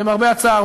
למרבה הצער,